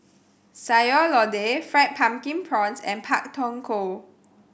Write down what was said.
Sayur Lodeh Fried Pumpkin Prawns and Pak Thong Ko